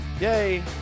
yay